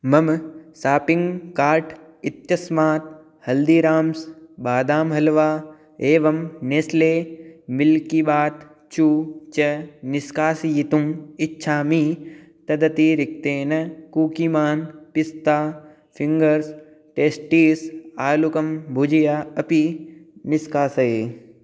मम shopping cart इत्यस्मात् हल्दिराम्स् बादां हल्वा एवं नेस्ले मिल्किबात् चू च निष्कासयितुम् इच्छामि तदतिरिक्तेन कूकिमान् पिस्ता फ़िङ्गर्स् टेस्टीस् आलुकं बुजिया अपि निष्कासय